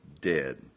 dead